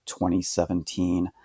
2017